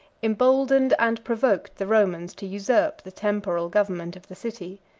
emboldened and provoked the romans to usurp the temporal government of the city.